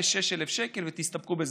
5,000, 6,000 שקל, ותסתפקו בזה.